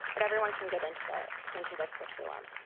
but everyone can get into the into the curriculum.